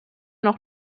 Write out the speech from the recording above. noch